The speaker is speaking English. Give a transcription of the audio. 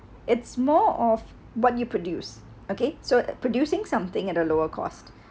it's more of what you produce okay so producing something at a lower cost